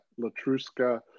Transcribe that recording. Latruska